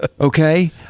okay